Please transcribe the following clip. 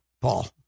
Paul